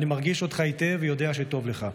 אני מרגיש אותך היטב ויודע שטוב לך.